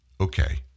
okay